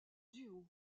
duo